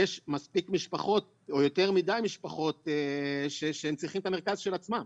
יש מספיק משפחות או יותר מדי משפחות שהם צריכים את המרכז של עצמם.